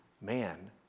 man